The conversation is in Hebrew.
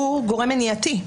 הוא גורם מניעתי,